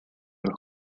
los